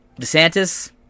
DeSantis